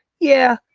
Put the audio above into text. yeah,